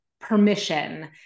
permission